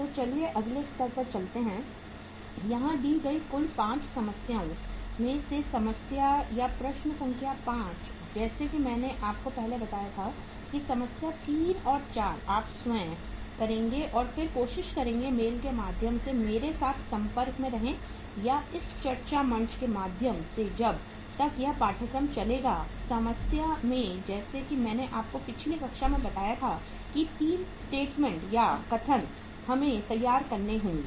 तो चलिए अगले स्तर पर चलते हैं यहाँ दी गई कुल 5 समस्याओं में से समस्या या प्रश्न संख्या 5 जैसा कि मैंने आपको पहले बताया था कि समस्या 3 और 4 आप स्वयं करने का प्रयास करें और कोशिश करें मेल के माध्यम से मेरे साथ संपर्क में रहें या इस चर्चा मंच के माध्यम से जब तक यह पाठ्यक्रम चलेगा समस्या में जैसे कि मैंने आपको पिछली कक्षा में बताया था कि 3 स्टेटमेंट या कथन हमें तैयार करने होंगे